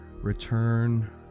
return